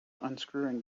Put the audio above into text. unscrewing